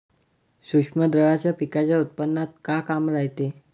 सूक्ष्म द्रव्याचं पिकाच्या उत्पन्नात का काम रायते?